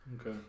Okay